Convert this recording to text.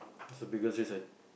it's the biggest years and